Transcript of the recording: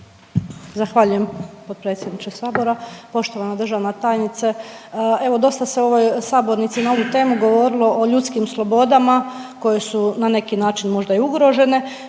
Zahvaljujem potpredsjedniče sabora. Poštovana državna tajnice, evo dosta se u ovoj sabornici na ovu temu govorilo o ljudskim slobodama koje su na neki način možda i ugrožene,